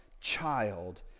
child